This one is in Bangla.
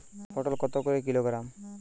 পটল কত করে কিলোগ্রাম?